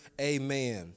Amen